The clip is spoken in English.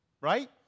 Right